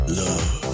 love